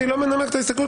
אני לא מנמק את ההסתייגות.